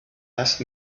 asked